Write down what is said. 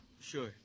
Sure